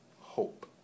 hope